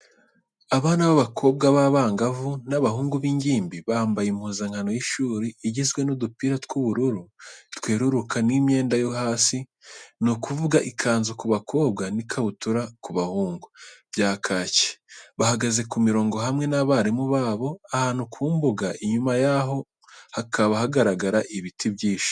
Abana b'abakobwa b'abangavu n'ab'abahungu b'ingimbi, bambaye impuzankano y'ishuri igizwe n'udupira tw'ubururu bweruruka n'imyenda yo hasi. Ni ukuvuga ikanzu ku bakobwa n'ikabutura ku bahungu, bya kaki, bahagaze ku mirongo hamwe n'abarimu babo, ahantu ku mbuga, inyuma yabo hakaba hagaragara ibiti byinshi.